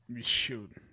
Shoot